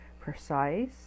precise